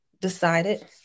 decided